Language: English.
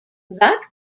that